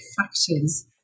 factors